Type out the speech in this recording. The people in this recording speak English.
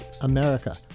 America